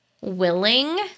willing